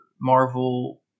Marvel